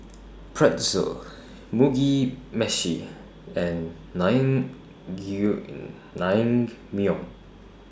Pretzel Mugi Meshi and Naengmyeon